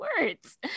words